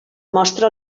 mostra